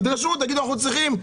תדרשו ותגידו: אנחנו צריכים.